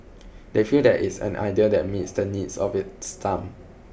they feel that it's an idea that meets the needs of its time